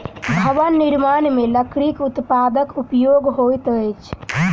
भवन निर्माण मे लकड़ीक उत्पादक उपयोग होइत अछि